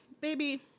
baby